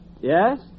Yes